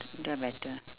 don't matter